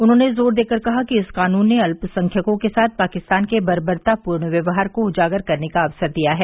उन्होंने जोर देकर कहा कि इस कानून ने अत्यसंख्यकों के साथ पाकिस्तान के बर्बरतापूर्ण व्यवहार को उजागर करने का अवसर दिया है